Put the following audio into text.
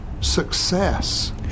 success